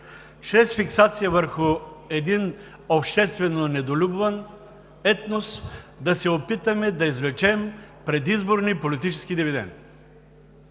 чрез фиксация върху един обществено недолюбван етнос, да се опитаме да извлечем предизборен, политически дивидент.